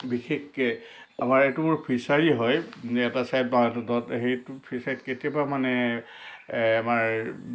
বিশেষকৈ আমাৰ এইটো ফিচাৰি হয় এনেই এটা ছাইড দ সেইটো ফিচাৰিত কেতিয়াবা মানে আমাৰ